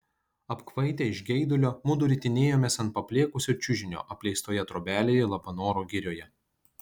apkvaitę iš geidulio mudu ritinėjomės ant paplėkusio čiužinio apleistoje trobelėje labanoro girioje